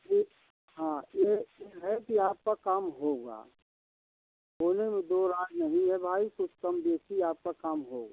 ठीक हाँ ये है कि आपका काम होगा कोई भी दो राय नहीं है भाई कुछ कमो बेशी आपका काम होगा